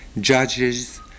judges